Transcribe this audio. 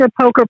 poker